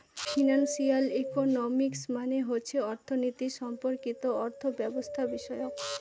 financial economics মানে হচ্ছে অর্থনীতি সম্পর্কিত অর্থব্যবস্থাবিষয়ক